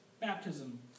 Baptism